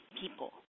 people